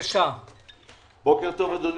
בוקר טוב, אדוני.